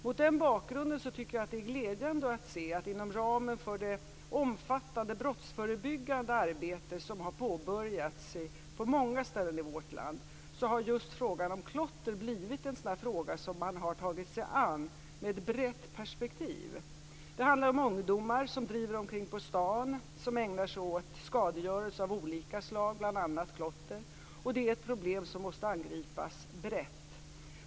Mot den bakgrunden är det glädjande att se att man har tagit sig an just frågan om klotter med ett brett perspektiv inom ramen för det omfattande brottsförebyggande arbete som har påbörjats på många ställen i vårt land. Det handlar om ungdomar som driver omkring på stan och ägnar sig åt skadegörelse av olika slag, bl.a. klotter. Det är ett problem som måste angripas brett.